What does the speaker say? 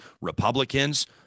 Republicans